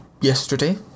yesterday